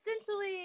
essentially